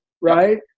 right